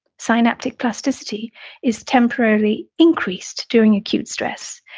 synaptic plasticity is temporarily increased during acute stress.